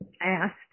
asked